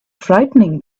frightening